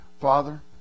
Father